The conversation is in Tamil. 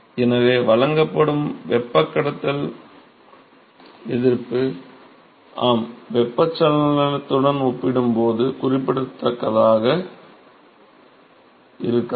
எனவே வழங்கப்படும் வெப்பக் கடத்தல் எதிர்ப்பு ஆம் வெப்பச்சலனத்துடன் ஒப்பிடும்போது குறிப்பிடத்தக்கதாக இருக்காது